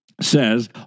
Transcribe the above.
says